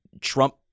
Trump